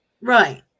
Right